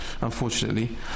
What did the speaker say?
unfortunately